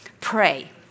Pray